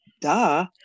Duh